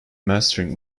mastering